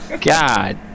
god